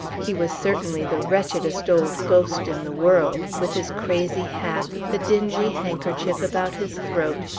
he was certainly the wretchedest old ghost in the world, with his crazy hat, the dingy handkerchief about his throat,